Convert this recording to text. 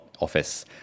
office